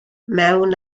mewn